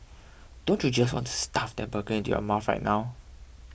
don't you just want to stuff that burger into your mouth right now